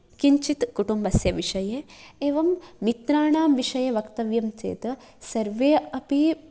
किञ्चित् कुटुम्बस्य विषये एवं मित्राणां विषये वक्तव्यं चेत् सर्वे अपि